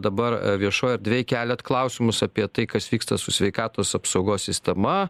dabar viešoj erdvėj keliat klausimus apie tai kas vyksta su sveikatos apsaugos sistema